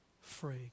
free